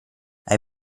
hai